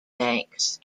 banks